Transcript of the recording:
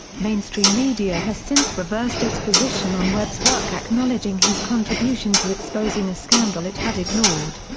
mainstream media has since reversed its position on webb's work acknowledging his contribution to exposing a scandal it had ignored.